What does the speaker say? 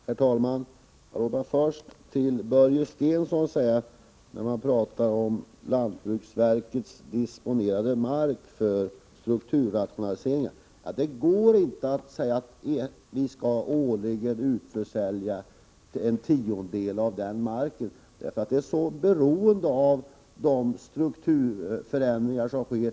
Herr talman! Låt mig först till Börje Stensson säga på tal om av lantbruksverket disponerad mark för strukturrationaliseringar, att det inte går att binda sig för att årligen försälja en tiondel av den marken. Man är nämligen beroende av de strukturförändringar som sker.